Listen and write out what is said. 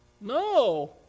no